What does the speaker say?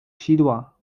sidła